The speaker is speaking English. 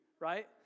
right